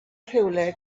rhywle